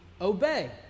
obey